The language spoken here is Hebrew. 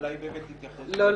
אולי תתייחס --- לא,